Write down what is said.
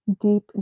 deep